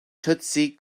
tutsi